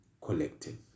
collective